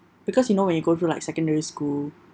because you know when you go through like secondary school